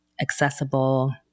accessible